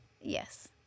Yes